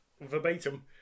verbatim